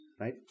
right